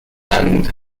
and